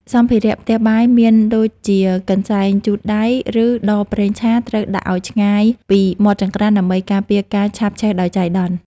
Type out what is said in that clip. សម្ភារៈផ្ទះបាយមានដូចជាកន្សែងជូតដៃ ឬដបប្រេងឆាត្រូវដាក់ឱ្យឆ្ងាយពីមាត់ចង្ក្រានដើម្បីការពារការឆាបឆេះដោយចៃដន្យ។